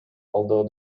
although